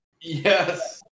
Yes